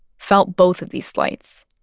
felt both of these slights.